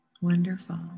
Wonderful